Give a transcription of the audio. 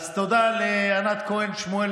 תודה לענת כהן שמואל,